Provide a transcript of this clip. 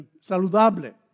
saludable